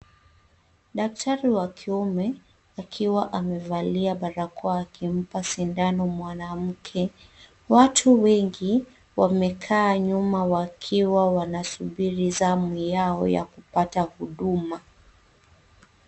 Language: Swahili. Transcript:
Daktari wa kiume akiwa amevalia barakoa akimpa sindano mwanamke. Watu wengi wanekaa nyuma wakiwa wanasubiri zamu yao ya kupata huduma.